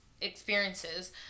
experiences